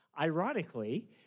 Ironically